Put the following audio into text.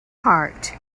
heart